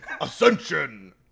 Ascension